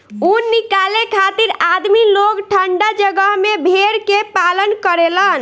ऊन निकाले खातिर आदमी लोग ठंडा जगह में भेड़ के पालन करेलन